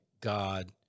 God